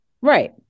Right